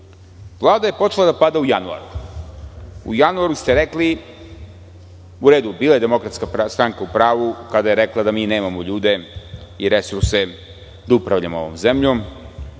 Vlada je počela da pada u januaru. U januaru ste rekli. U redu bila je DS u pravu kada je rekla da mi nemamo ljude i resurse da upravljamo ovom zemljom.